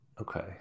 okay